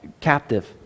captive